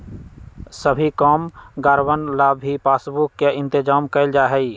सभी कामगारवन ला भी पासबुक के इन्तेजाम कइल जा हई